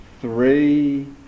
three